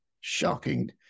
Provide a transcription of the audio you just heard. shocking